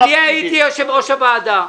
הייתי יושב-ראש הוועדה,